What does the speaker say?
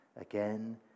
again